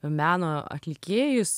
meno atlikėjus